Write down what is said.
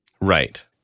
Right